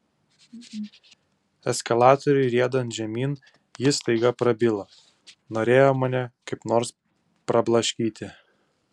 eskalatoriui riedant žemyn jis staiga prabilo norėjo mane kaip nors prablaškyti